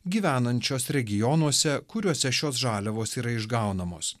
gyvenančios regionuose kuriuose šios žaliavos yra išgaunamos